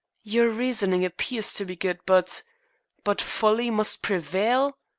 your reasoning appears to be good, but but folly must prevail?